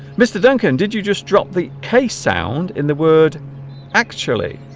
mr. duncan did you just drop the k sound in the word actually